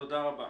תודה רבה.